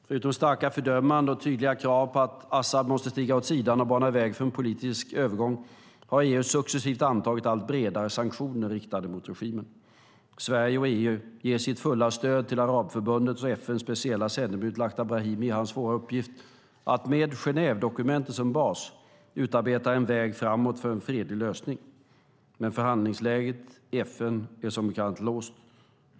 Förutom starka fördömanden och tydliga krav på att Assad måste stiga åt sidan och bana väg för en politisk övergång har EU successivt antagit allt bredare sanktioner riktade mot regimen. Sverige och EU ger sitt fulla stöd till Arabförbundet och FN:s speciella sändebud Lakhdar Brahimi i hans svåra uppgift att, med Genèvedokumentet som bas, utarbeta en väg framåt för en fredlig lösning. Men förhandlingsläget i FN är som bekant låst.